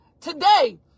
today